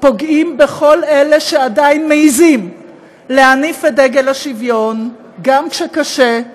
פוגעים בכל אלה שעדיין מעיזים להניף את דגל השוויון גם כשקשה,